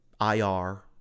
IR